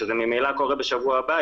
שממילא קורה בשבוע הבא,